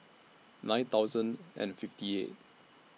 nine thousand and fifty eight